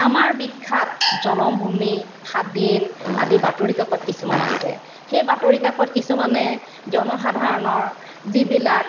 আমাৰ বিখ্যাত জনমভূমি সাদিন আদি বাতৰিকাকত কিছুমান আছে সেই বাতৰিকাকত কিছুমানে জনসাধাৰণৰ যিবিলাক